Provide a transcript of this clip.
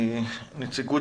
נציגת